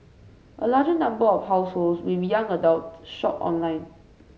a larger number of households with young adults shopped online